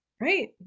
right